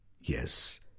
yes